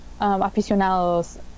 aficionados